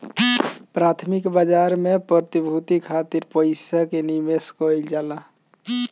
प्राथमिक बाजार में प्रतिभूति खातिर पईसा के निवेश कईल जाला